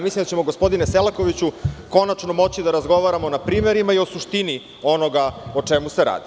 Mislim da ćemo gospodine Selakoviću konačno moći da razgovaramo na primerima i o suštini onoga o čemu se radi.